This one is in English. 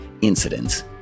incidents